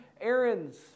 errands